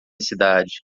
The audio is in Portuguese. cidade